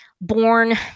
born